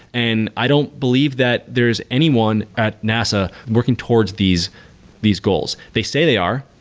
and i don't believe that there is anyone at nasa working towards these these goals. they say they are,